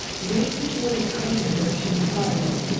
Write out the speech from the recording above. do you think he will be kind to her as she requires?